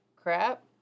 Crap